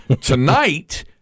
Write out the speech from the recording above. Tonight